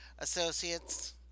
associates